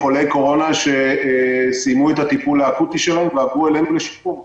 חולי קורונה שסיימו את הטיפול האקוטי שלהם ועברו אלינו לשיקום.